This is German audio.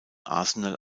arsenal